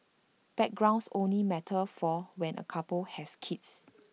backgrounds only matter for when A couple has kids